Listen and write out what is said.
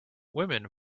women